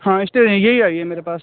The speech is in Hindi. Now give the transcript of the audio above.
हाँ इसपे यही आई है मेरे पास